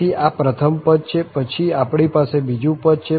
તેથી આ પ્રથમ પદ છે પછી આપણી પાસે બીજું પદ છે